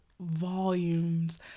volumes